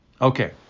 Okay